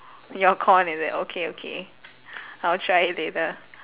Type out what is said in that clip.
your corn is it okay okay I'll try it later